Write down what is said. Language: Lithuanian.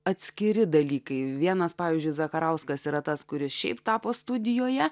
atskiri dalykai vienas pavyzdžiui zakarauskas yra tas kuris šiaip tapo studijoje